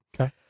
Okay